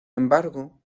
embargo